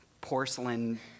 porcelain